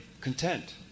content